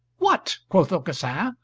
what? quoth aucassin.